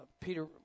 Peter